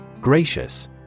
Gracious